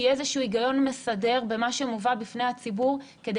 שיהיה איזה שהוא היגיון מסדר במה שמובא בפני הציבור כדי